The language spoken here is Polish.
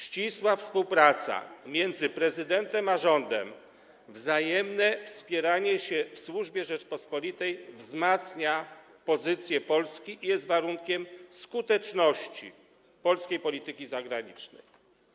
Ścisła współpraca między prezydentem a rządem, wzajemne wspieranie się w służbie Rzeczypospolitej wzmacnia pozycję Polski i jest warunkiem skuteczności polskiej polityki zagranicznej.